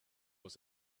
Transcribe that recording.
was